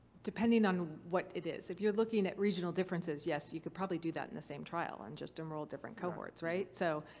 depending on what it is. if you're looking at regional differences, yes, you could probably do that in the same trial and just enroll different cohorts, right. so.